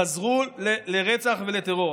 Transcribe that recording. חזרו לרצח ולטרור.